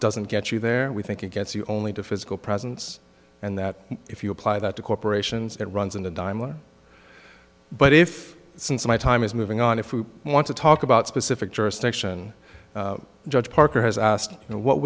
doesn't get you there we think it gets you only to physical presence and that if you apply that to corporations it runs into dima but if since my time is moving on if we want to talk about specific jurisdiction judge parker has asked what